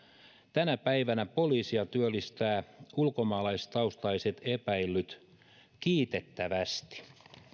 tänä päivänä poliisia työllistävät ulkomaalaistaustaiset epäillyt kiitettävästi